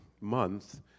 month